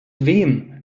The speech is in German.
wem